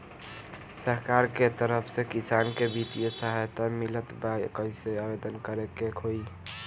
सरकार के तरफ से किसान के बितिय सहायता मिलत बा कइसे आवेदन करे के होई?